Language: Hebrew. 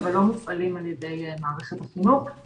אבל לא מופעלים על ידי מערכת החינוך,